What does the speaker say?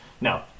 no